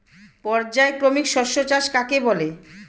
পর্যায়ক্রমিক শস্য চাষ কাকে বলে?